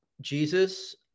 Jesus